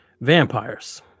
Vampires